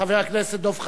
חבר הכנסת דב חנין,